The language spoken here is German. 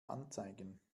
anzeigen